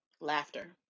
laughter